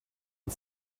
and